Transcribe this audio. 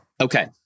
Okay